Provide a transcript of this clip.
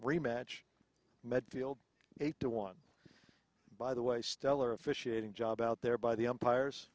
rematch medfield eight to one by the way stellar officiating job out there by the umpires